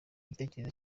igitekerezo